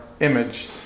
image